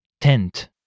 tent